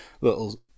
little